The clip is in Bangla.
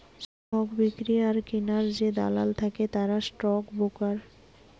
স্টক বিক্রি আর কিনার যে দালাল থাকে তারা স্টক ব্রোকার